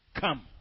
Come